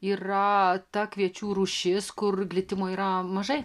yra ta kviečių rūšis kur glitimo yra mažai